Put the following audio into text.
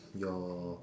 your